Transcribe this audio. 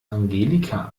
angelika